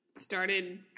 started